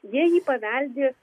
jie jį paveldi